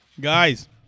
Guys